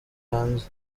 hanze